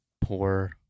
Poor